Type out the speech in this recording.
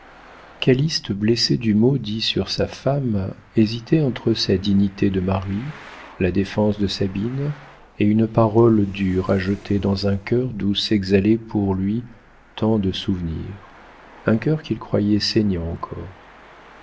touches calyste blessé du mot dit sur sa femme hésitait entre sa dignité de mari la défense de sabine et une parole dure à jeter dans un cœur d'où s'exhalaient pour lui tant de souvenirs un cœur qu'il croyait saignant encore